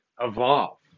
evolve